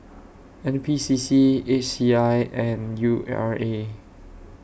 N P C C H C I and U R A